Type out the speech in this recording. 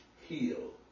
heal